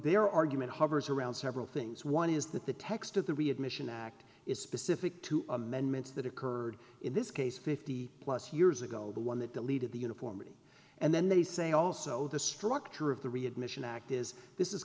their argument hovers around several things one is that the text of the readmission act is specific to amendments that occurred in this case fifty plus years ago the one that lead to the uniformity and then they say also the structure of the readmission act is this is